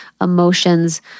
emotions